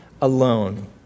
alone